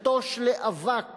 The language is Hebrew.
לכתוש לאבק